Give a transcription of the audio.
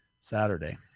Saturday